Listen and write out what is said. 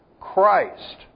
Christ